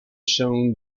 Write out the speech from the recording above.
shown